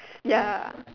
ya